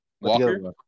Walker